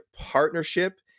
partnership